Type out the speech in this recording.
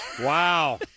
Wow